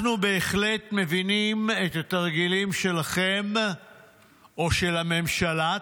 אנחנו בהחלט מבינים את התרגילים שלכם או של הממשלה,